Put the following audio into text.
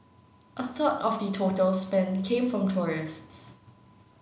a third of the total spend came from tourists